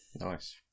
Nice